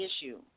issue